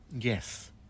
Yes